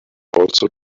also